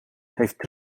heeft